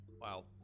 Wow